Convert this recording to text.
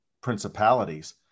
principalities